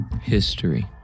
History